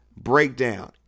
breakdown